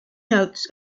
notes